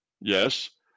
Yes